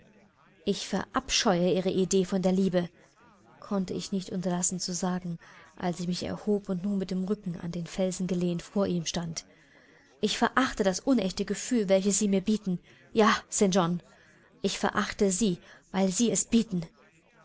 ich verabscheue ihre idee von der liebe konnte ich nicht unterlassen zu sagen als ich mich erhob und nun mit dem rücken an den felsen gelehnt vor ihm stand ich verachte das unechte gefühl welches sie mir bieten ja st john und ich verachte sie weil sie es bieten